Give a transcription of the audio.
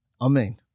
Amen